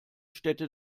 städte